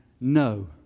no